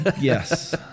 Yes